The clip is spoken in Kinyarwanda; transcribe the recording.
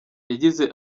yagize